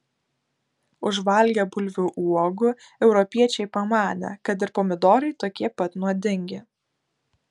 užvalgę bulvių uogų europiečiai pamanė kad ir pomidorai tokie pat nuodingi